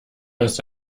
ist